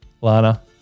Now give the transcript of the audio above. Lana